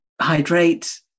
hydrate